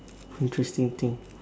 interesting thing